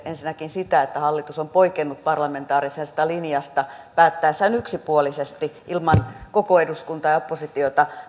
ensinnäkin sitä että hallitus on poikennut parlamentaarisesta linjasta päättäessään yksipuolisesti ilman koko eduskuntaa ja oppositiota